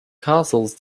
castles